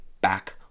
back